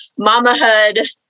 mamahood